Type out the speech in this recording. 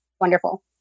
wonderful